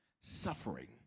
suffering